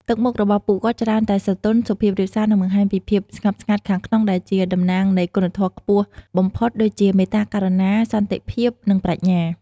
ទឹកមុខរបស់ពួកគាត់ច្រើនតែស្រទន់ សុភាពរាបសា និងបង្ហាញពីភាពស្ងប់ស្ងាត់ខាងក្នុង ដែលជាតំណាងនៃគុណធម៌ខ្ពស់បំផុត ដូចជា មេត្តា ករុណា សន្តិភាព និងប្រាជ្ញា។